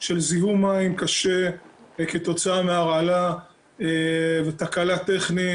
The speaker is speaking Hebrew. של זיהום מים קשה כתוצאה מהרעלה ותקלה טכנית